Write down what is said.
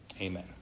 Amen